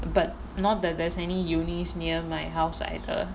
but not that there's any universities near my house either